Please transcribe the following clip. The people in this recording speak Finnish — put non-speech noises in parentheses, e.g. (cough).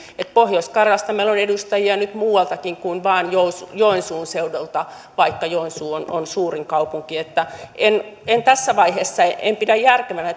pohjois karjalasta meillä on edustajia nyt muualtakin kuin vain joensuun seudulta vaikka joensuu on on suurin kaupunki en en tässä vaiheessa pidä järkevänä (unintelligible)